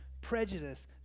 prejudice